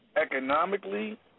economically